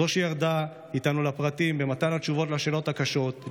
זו שירדה איתנו לפרטים במתן התשובות לשאלות הקשות,